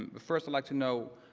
ah first, i'd like to know,